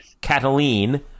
Cataline